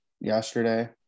yesterday